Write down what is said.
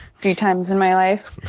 few times in my life.